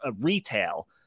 Retail